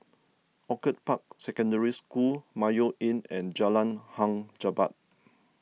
Orchid Park Secondary School Mayo Inn and Jalan Hang Jebat